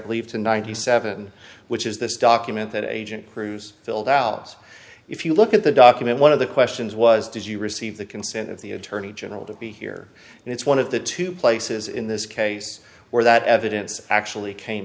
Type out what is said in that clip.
believe to ninety seven which is this document that agent cruz filled out if you look at the document one of the questions was did you receive the consent of the attorney general to be here and it's one of the two places in this case where that evidence actually came